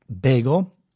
bagel